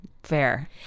Fair